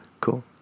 Cool